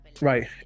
Right